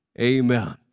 Amen